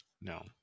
No